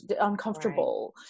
uncomfortable